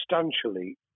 substantially